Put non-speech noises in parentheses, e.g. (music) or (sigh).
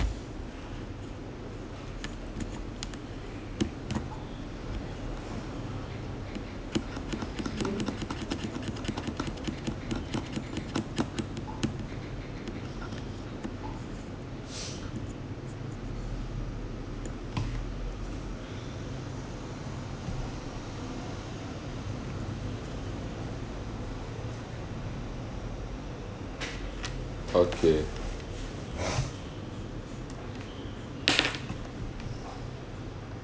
okay (noise)